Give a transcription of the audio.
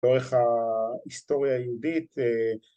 ‫דורך ההיסטוריה היהודית.